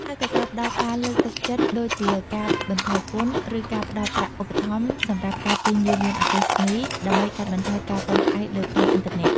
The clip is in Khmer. ហើយក៏ត្រូវផ្តល់ការលើកទឹកចិត្តដូចជាការបន្ថយពន្ធ ឬការផ្តល់ប្រាក់ឧបត្ថម្ភសម្រាប់ការទិញយានយន្តអគ្គិសនី ដើម្បីកាត់បន្ថយការពឹងផ្អែកលើប្រេងឥន្ធនៈ។